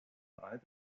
either